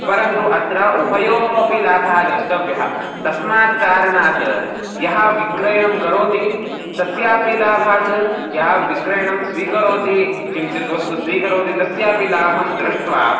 परन्तु अत्र उभयोः अपि लाभः द्रष्टव्यः तस्मात् कारणात् यः विक्रयणं करोति तस्यापि लाभात् यः विक्रयणं स्वीकरोति किञ्चिद्वस्तु स्वीकरोति तस्यापि लाभं दृष्ट्वा